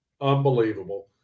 Unbelievable